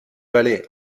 valley